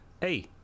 hey